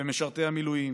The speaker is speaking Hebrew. במשרתי המילואים